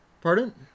pardon